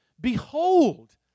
behold